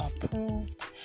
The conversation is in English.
approved